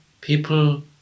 people